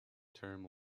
term